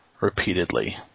repeatedly